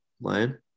Lion